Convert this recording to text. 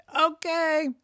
okay